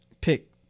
pick